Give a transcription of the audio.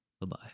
Bye-bye